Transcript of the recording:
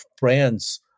brands